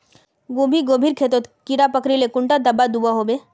गोभी गोभिर खेतोत कीड़ा पकरिले कुंडा दाबा दुआहोबे?